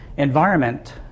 environment